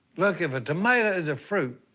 look, if a tomato is a fruit,